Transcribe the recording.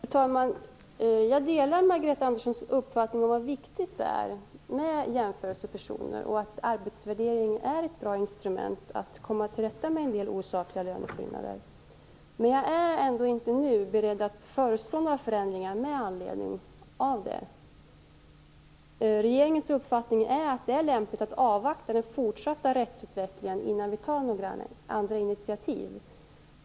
Fru talman! Jag delar Margareta Anderssons uppfattning om hur viktigt det är med jämförelsepersoner och att arbetsvärdering är ett bra instrument för att komma till rätta med en del osakliga löneskillnader. Men jag är ändå inte nu beredd att föreslå några förändringar med anledning av detta. Regeringens uppfattning är att det är lämpligt att avvakta den fortsatta rättsutvecklingen innan vi tar några andra initiativ.